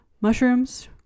mushrooms